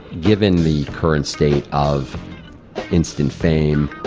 given the current state of instant fame,